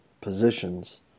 positions